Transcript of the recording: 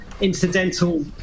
incidental